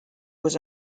was